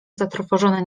zatrwożony